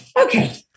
Okay